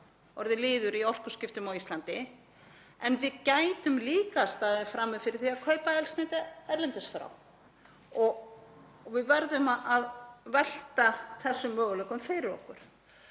orðið liður í orkuskiptum á Íslandi en við gætum líka staðið frammi fyrir því að kaupa eldsneyti erlendis frá og við verðum að velta þessum möguleikum fyrir okkur.